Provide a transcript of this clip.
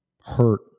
hurt